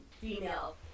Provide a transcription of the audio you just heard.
female